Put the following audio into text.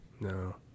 No